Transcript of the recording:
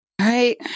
right